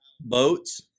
boats